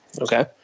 Okay